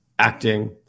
Acting